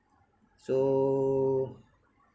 so